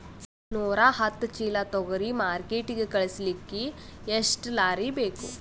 ನೂರಾಹತ್ತ ಚೀಲಾ ತೊಗರಿ ಮಾರ್ಕಿಟಿಗ ಕಳಸಲಿಕ್ಕಿ ಎಷ್ಟ ಲಾರಿ ಬೇಕು?